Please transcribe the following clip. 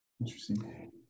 Interesting